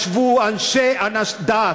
ישבו אנשי דת,